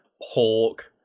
Hawk